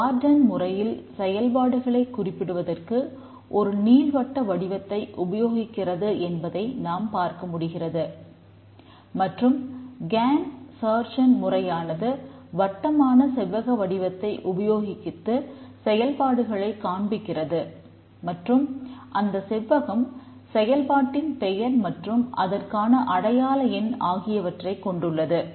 யுவர்டன் முறையானது வட்டமான செவ்வக வடிவத்தை உபயோகித்து செயல்பாடுகளைக் காண்பிக்கிறது மற்றும் அந்த செவ்வகம் செயல்பாடின் பெயர் மற்றும் அதற்கான அடையாள எண் ஆகியவற்றைக் கொண்டுள்ளது